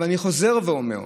אבל אני חוזר ואומר: